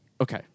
Okay